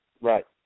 Right